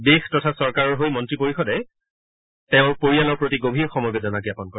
দেশ তথা চৰকাৰৰ হৈ মন্ত্ৰী পৰিষদে তেওঁৰ পৰিয়ালৰ প্ৰতি গভীৰ সমবেদনা জাপন কৰে